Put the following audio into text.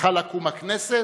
צריכה לקום הכנסת,